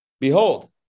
Behold